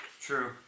true